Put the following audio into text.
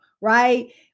right